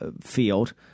field